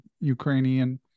Ukrainian